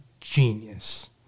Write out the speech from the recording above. genius